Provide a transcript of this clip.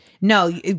No